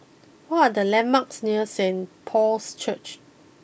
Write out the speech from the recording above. what are the landmarks near Saint Paul's Church